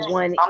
one